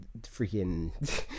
freaking